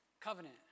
covenant